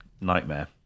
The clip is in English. Nightmare